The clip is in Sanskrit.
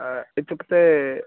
अ इत्युक्ते